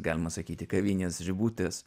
galima sakyti kavinės žibutės